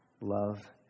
Love